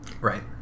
right